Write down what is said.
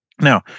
Now